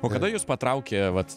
o kada jus patraukė vat